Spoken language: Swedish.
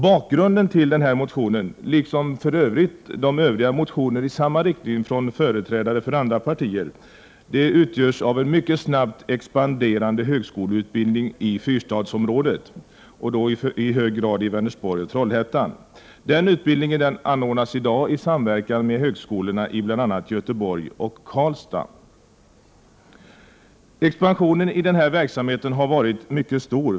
Bakgrunden till vår motion, liksom till de övriga motioner i samma riktning från företrädare från andra partier, är den mycket snabbt expanderande högskoleutbildningen i Fyrstadsområdet — i hög grad i Vänersborg och Trollhättan. Denna utbildning anordnas i dag i samverkan med högskolorna i bl.a. Göteborg och Karlstad. Expansionen i denna verksamhet har varit mycket stor.